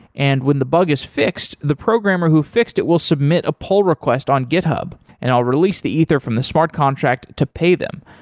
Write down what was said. and when the but is fixed, the programmer who fixed it will submit a poll request on github and i'll release the ether from the smart contract to pay them.